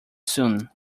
soon